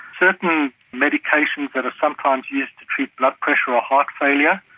certain medications that are sometimes used to treat blood pressure or heart failure,